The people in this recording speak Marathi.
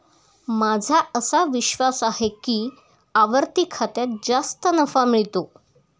माझा असा विश्वास आहे की आवर्ती खात्यात जास्त नफा मिळतो